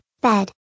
bed